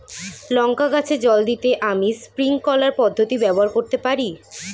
লঙ্কা গাছে জল দিতে আমি স্প্রিংকলার পদ্ধতি ব্যবহার করতে পারি?